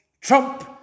Trump